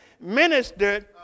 ministered